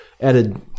added